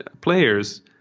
players